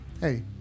Hey